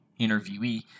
interviewee